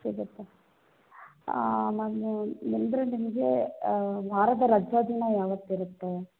ಸಿಗುತ್ತಾ ಮ್ಯಾಮು ನಿಮ್ಗೆ ವಾರದ ರಜಾ ದಿನ ಯಾವತ್ತು ಇರುತ್ತೆ